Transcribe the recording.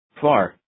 far